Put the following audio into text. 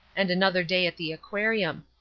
and another day at the aquarium.